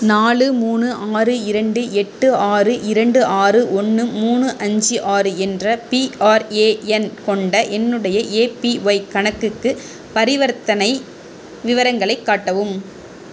நாலு மூணு ஆறு இரண்டு எட்டு ஆறு இரண்டு ஆறு ஒன்று மூணு அஞ்சு ஆறு என்ற பிஆர்ஏஎன் கொண்ட என்னுடைய ஏபிஒய் கணக்குக்கு பரிவர்த்தனை விவரங்களைக் காட்டவும்